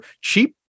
cheap